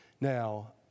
Now